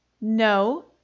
No